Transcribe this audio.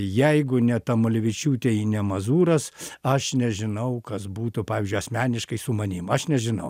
jeigu ne tamulevičiūtė i ne mazūras aš nežinau kas būtų pavyzdžiui asmeniškai su manim aš nežinau oho